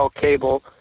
cable